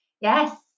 Yes